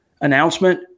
announcement